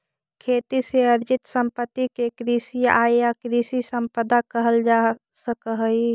खेती से अर्जित सम्पत्ति के कृषि आय या कृषि सम्पदा कहल जा सकऽ हई